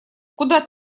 куда